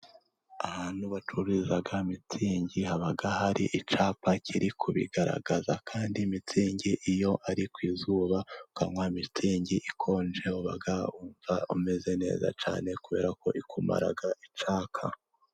Ahantu bacururiza mitsingi haba hari icyapa kiri kubigaragaza, kandi iyo ari ku izuba ukanywa mitsingi ikonje, uba wumva umeze neza cyane kubera ko ikumara icyaka.